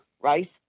right